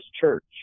church